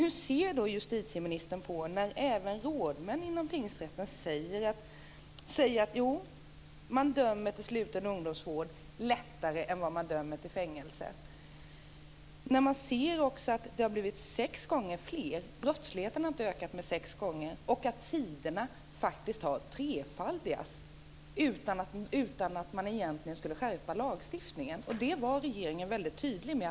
Hur ser då justitieministern på att även rådmän inom tingsrätten säger att man dömer till sluten ungdomsvård lättare än vad man dömer till fängelse? Vi ser också att det har blivit sex gånger fler platser. Brottsligheten har inte ökat sex gånger, och tiderna har faktiskt trefaldigats, utan att man egentligen skulle skärpa lagstiftningen. Det var regeringen tydlig med.